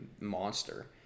monster